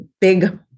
big